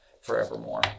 forevermore